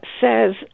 says